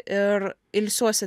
ir ilsiuosi